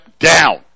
down